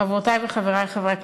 חברותי וחברי חברי הכנסת,